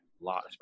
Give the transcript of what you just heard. lot